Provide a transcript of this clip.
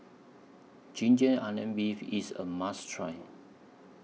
Ginger Onions Beef IS A must Try